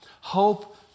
Hope